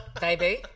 baby